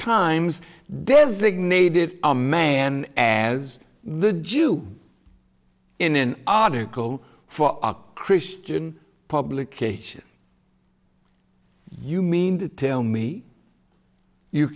times designated a man as the jew in an article for a christian publication you mean to tell me you